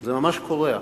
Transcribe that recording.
זה ממש קורע.